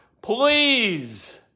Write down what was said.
Please